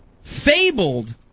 fabled